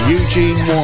Eugene